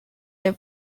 the